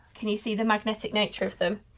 can you see the magnetic nature of them?